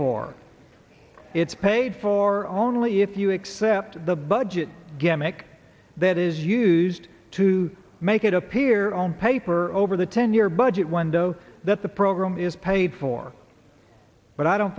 for it's paid for only if you accept the budget gimmick that is used to make it appear on paper over the ten year budget one though that the program is paid for but i don't